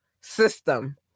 system